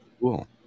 cool